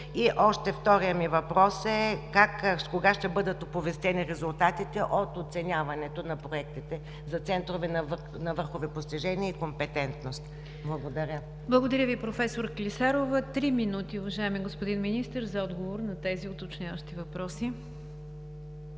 Вторият ми въпрос е: кога ще бъдат оповестени резултатите от оценяването на проектите за центрове на върхови постижения и компетентност? Благодаря. ПРЕДСЕДАТЕЛ НИГЯР ДЖАФЕР: Благодаря Ви, професор Клисарова. Три минути, уважаеми господин Министър, за отговор на тези уточняващи въпроси.